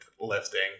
lifting